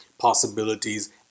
possibilities